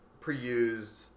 pre-used